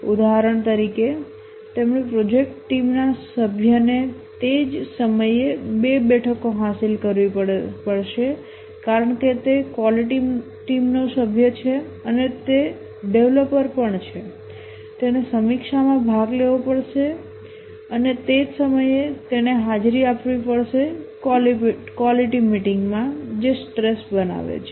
ઉદાહરણ તરીકે તેમણે પ્રોજેક્ટ ટીમના સભ્યને તે જ સમયે બે બેઠકો હાંસલ કરવી પડશે કારણ કે તે કવોલિટી ટીમનો સભ્ય છે અને તે ડેવલપર પણ છે તેણે સમીક્ષામાં ભાગ લેવો પડશે અને તે જ સમયે તેણે હાજરી આપવી પડશે કવોલિટી મીટિંગ માં જે સ્ટ્રેસ બનાવે છે